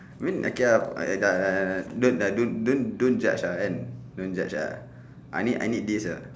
I mean I can have I have got uh don't uh don't don't don't judge uh and don't judge uh I need I need this ah